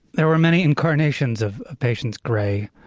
there were many incarnations of patience gray.